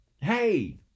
Hey